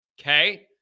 okay